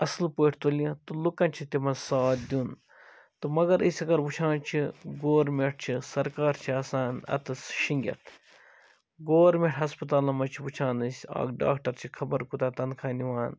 اَصٕل پٲٹھۍ تُلہٕ تہٕ لُکَن چھِ تِمَن ساتھ دیُن تہٕ مگر أسۍ اگر وُچھان چھِ گورمٹھ چھِ سرکار چھِ آسان اتٮ۪س شۅنٛگِتھ گورمٹھ ہسپتالَن مَنٛز چھِ وُچھان أسۍ اکھ ڈاکٹر چھُ خَبر کوٗتاہ تنخواہ نِوان